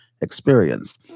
experience